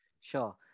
Sure